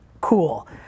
cool